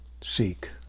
seek